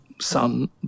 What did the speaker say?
son